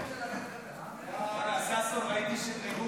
עברת מקום,